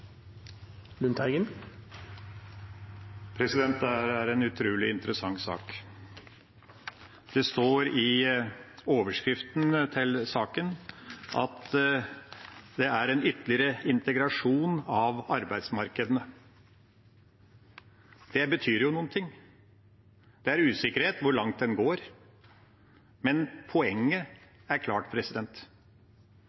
en utrolig interessant sak. Det står i overskriften til saken at det er en ytterligere integrasjon av arbeidsmarkedene. Det betyr jo noe. Det er usikkert hvor langt den går, men poenget